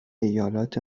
ایالات